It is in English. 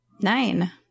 Nine